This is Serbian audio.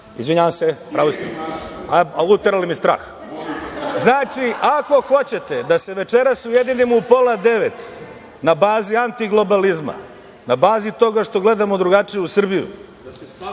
maske.)Izvinjavam se, u pravu ste. Ali, uterali mi strah. Znači, ako hoćete da se večeras ujedinimo u pola devet, na bazi antiglobalizma, na bazi toga što gledamo drugačije